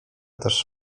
też